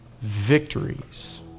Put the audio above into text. victories